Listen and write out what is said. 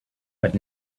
but